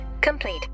complete